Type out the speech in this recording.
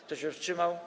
Kto się wstrzymał?